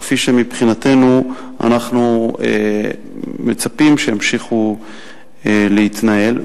וכפי שמבחינתנו אנחנו מצפים שימשיכו להתנהל.